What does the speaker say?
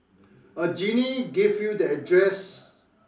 a genie gave you the address